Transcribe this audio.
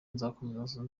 nzakomeza